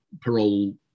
parole